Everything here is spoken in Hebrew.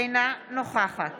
אינה נוכחת